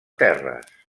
terres